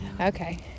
Okay